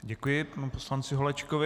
Děkuji panu poslanci Holečkovi.